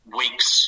weeks